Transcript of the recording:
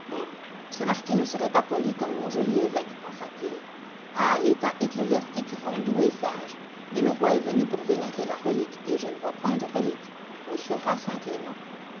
ce marquis ne serait pas poli comme mon joli évêque pensa-t-il ah l'état ecclésiastique rend doux et sage mais le roi est venu pour vénérer la relique et je ne vois point de relique où sera